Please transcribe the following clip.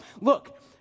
Look